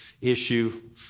issue